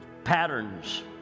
Patterns